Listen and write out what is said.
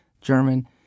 German